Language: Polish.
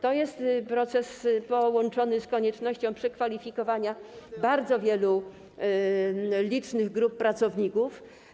To jest proces połączony z koniecznością przekwalifikowania bardzo wielu licznych grup pracowników.